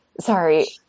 sorry